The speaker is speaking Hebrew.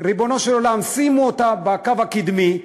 ריבונו של עולם, שימו אותה בקו הקדמי,